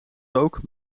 rook